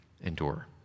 endure